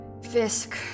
Fisk